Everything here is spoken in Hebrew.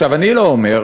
עכשיו, אני לא אומר,